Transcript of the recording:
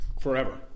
Forever